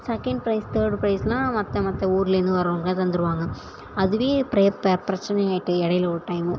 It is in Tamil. செகண்ட் ப்ரைஸ் தேர்டு ப்ரைஸுலாம் மற்ற மற்ற ஊர்லேருந்து வருவாங்க தந்துடுவாங்க அதுவே பிர ப பிரச்சனை ஆகிட்டு இடையில ஒரு டைமு